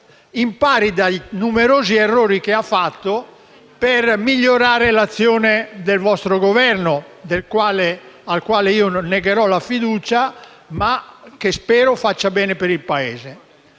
impari dai numerosi errori che ha fatto per migliorare l'azione del vostro Governo, al quale io negherò la fiducia, ma che spero faccia bene per il Paese.